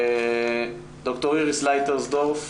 ד"ר איריס לייטרסדורף